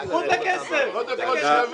אתם